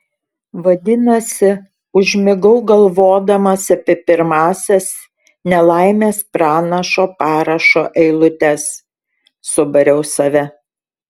vadinasi užmigau galvodamas apie pirmąsias nelaimės pranašo parašo eilutes subariau save